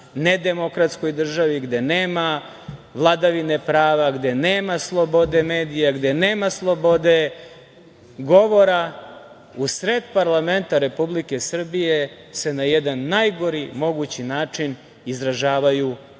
nedemokratskoj državi, gde nema vladavine prava, gde nema slobode medija, gde nema slobode govora, u sred parlamenta Republike Srbije se na jedan najgori mogući način izražavaju o